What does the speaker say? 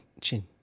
chin